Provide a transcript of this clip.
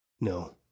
No